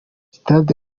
stade